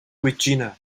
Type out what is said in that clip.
regina